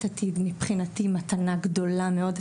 "פותחים עתיד" שמבחינתי היא מתנה גדולה מאוד.